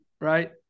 right